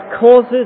causes